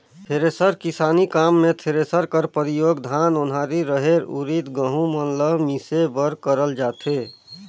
thresher किसानी काम मे थरेसर कर परियोग धान, ओन्हारी, रहेर, उरिद, गहूँ मन ल मिसे बर करल जाथे